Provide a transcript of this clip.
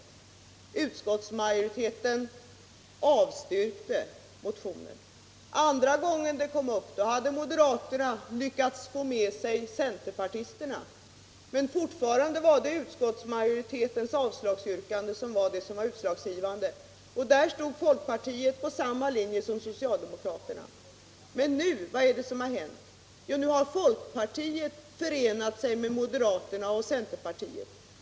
Utskottsmajoriteten avstyrkte motionen. Andra gången den kom upp hade moderaterna lyckats få med sig centerpartisterna, men fortfarande var utskottsmajoritetens avslagsyrkande det utslagsgivande, och där stod folkpartiet på samma linje som socialdemokraterna. Men vad är det som hänt nu? Jo, nu har folkpartiet förenat sig med moderaterna och centerpartisterna.